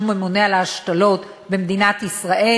שהוא הממונה על ההשתלות במדינת ישראל,